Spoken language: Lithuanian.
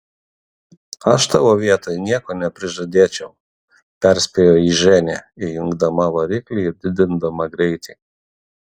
aš tavo vietoj nieko neprižadėčiau perspėjo jį ženia įjungdama variklį ir didindama greitį